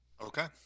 Okay